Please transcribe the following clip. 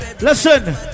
Listen